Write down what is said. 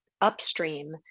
upstream